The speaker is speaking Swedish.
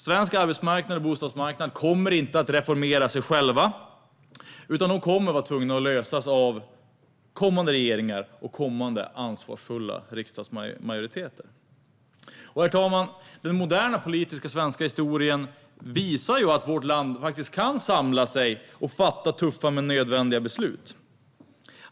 Svensk arbetsmarknad och bostadsmarknad kommer inte att reformera sig själva. De problemen kommer kommande regeringar och kommande ansvarsfulla riksdagsmajoriteter att bli tvungna att lösa. Herr talman! Den moderna svenska politiska historien visar att vårt land kan samla sig och fatta tuffa men nödvändiga beslut.